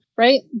Right